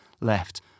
left